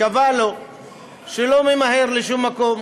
קבע שהוא לא ממהר לשום מקום.